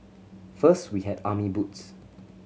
first we had army boots